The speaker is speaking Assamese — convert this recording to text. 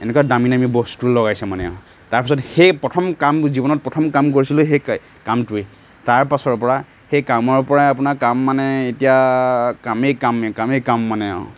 এনেকুৱা দামী দামী বস্তু লগাইছে মানে আৰু তাৰপাছত সেই প্ৰথম কাম জীৱনত প্ৰথম কাম কৰিছিলোঁ সেই কামটোয়েই তাৰপাছৰ পৰা সেই কামৰ পৰাই আপোনাৰ কাম মানে এতিয়া কামেই কাম কামেই কাম মানে আৰু